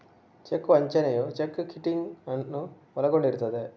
check ವಂಚನೆಯು check kiting ಅನ್ನು ಒಳಗೊಂಡಿರುತ್ತದೆ